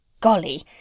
Golly